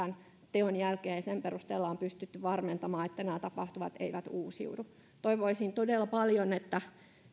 teon jälkeen ja sen perusteella on pystytty varmentamaan että nämä tapahtumat eivät uusiudu toivoisin todella paljon